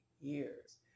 years